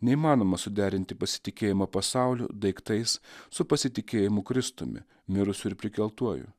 neįmanoma suderinti pasitikėjimą pasauliu daiktais su pasitikėjimu kristumi mirusiu ir prikeltuoju